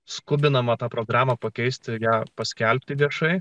skubinama tą programą pakeisti ją paskelbti viešai